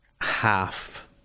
Half